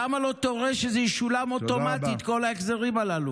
למה לא תורה שזה ישולם אוטומטית, כל ההחזרים הללו?